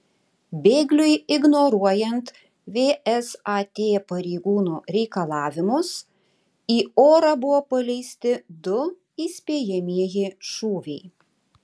bėgliui ignoruojant vsat pareigūnų reikalavimus į orą buvo paleisti du įspėjamieji šūviai